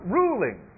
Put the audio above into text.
ruling